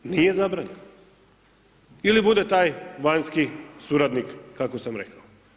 Nije zabranjeno ili bude taj vanjski suradnik kako sam rekao.